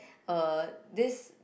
uh this